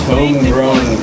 Homegrown